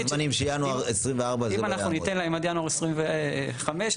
לאמץ ואיך לאמץ.